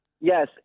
Yes